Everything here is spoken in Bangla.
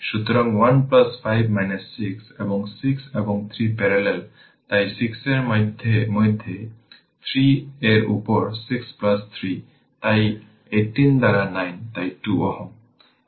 সুতরাং 1 5 - 6 এবং 6 এবং 3 প্যারালেল তাই 6 এর মধ্যে 3 এর উপর 6 3 তাই 18 দ্বারা 9 তাই 2 Ω